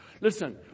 Listen